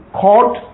court